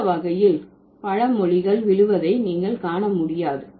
இந்த வகையில் பல மொழிகள் விழுவதை நீங்கள் காண முடியாது